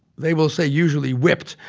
they will say, usually, whipped.